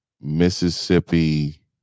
Mississippi